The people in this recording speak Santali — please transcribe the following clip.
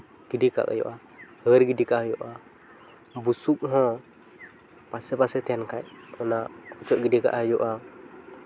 ᱜᱤᱰᱤ ᱠᱟᱜ ᱦᱩᱭᱩᱜᱼᱟ ᱦᱟᱹᱨ ᱜᱤᱰᱤ ᱠᱟᱜ ᱦᱩᱭᱩᱜᱼᱟ ᱵᱩᱥᱩᱵ ᱦᱚᱸ ᱯᱟᱥᱮ ᱯᱟᱥᱮ ᱛᱟᱦᱮᱱ ᱠᱷᱟᱡ ᱚᱱᱟ ᱚᱪᱚᱜ ᱜᱤᱰᱤ ᱠᱟᱜ ᱦᱩᱭᱩᱜᱼᱟ